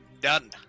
done